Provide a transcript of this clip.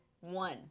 one